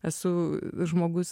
esu žmogus